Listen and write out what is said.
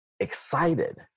Excited